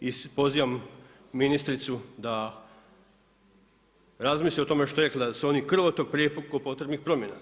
I pozivam ministricu da razmisli o tome što je rekla da su oni krvotok prijeko potrebnih promjena.